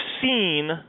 seen